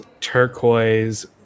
turquoise